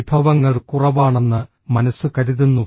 വിഭവങ്ങൾ കുറവാണെന്ന് മനസ്സ് കരുതുന്നു